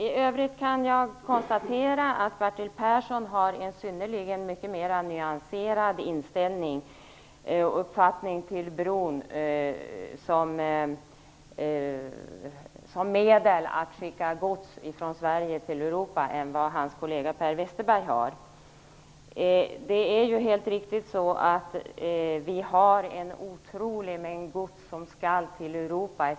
I övrigt kan jag konstatera att Bertil Persson har en mycket mer nyanserad inställning till bron som medel att skicka gods från Sverige till Europa än vad hans kollega Per Westerberg har. Det är riktigt att vi har en otrolig mängd gods som skall till Europa.